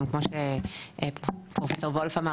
גם כמו שפרופסור וולף אמר,